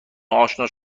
آشنا